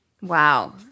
Wow